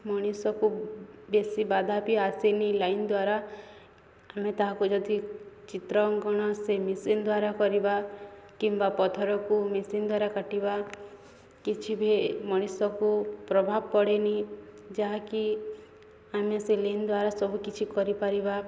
ମଣିଷକୁ ବେଶୀ ବାଧା ବି ଆସେନି ଲାଇନ୍ ଦ୍ୱାରା ଆମେ ତାହାକୁ ଯଦି ଚିତ୍ର ଅଙ୍କନ ସେ ମେସିନ୍ ଦ୍ୱାରା କରିବା କିମ୍ବା ପଥରକୁ ମେସିନ୍ ଦ୍ୱାରା କାଟିବା କିଛି ବି ମଣିଷକୁ ପ୍ରଭାବ ପଡ଼େନି ଯାହାକି ଆମେ ସେ ଲାଇନ୍ ଦ୍ୱାରା ସବୁକିଛି କରିପାରିବା